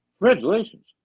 congratulations